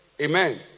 Amen